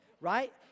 right